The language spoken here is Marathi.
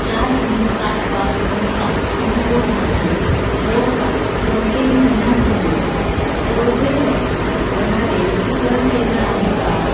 चार तीन सात पाच नऊ सात पिनकोडमध्ये जवळपास कोणतेही विनामूल्य कोर्बेवॅक्स देणारे लसीकरण केंद्र आहे का